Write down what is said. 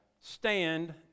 stand